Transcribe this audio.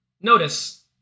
Notice